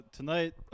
Tonight